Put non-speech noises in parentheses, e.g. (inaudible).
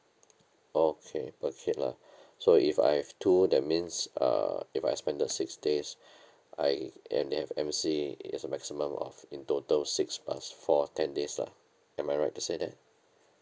okay per kid lah (breath) so if I have two that means uh if I expanded six days (breath) I and they have M_C it's a maximum of in total six plus four ten days lah am I right to say that